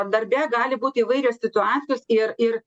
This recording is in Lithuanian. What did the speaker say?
darbe gali būt įvairios situacijos ir ir